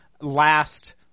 last